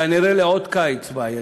כנראה, על עוד קיץ בעייתי,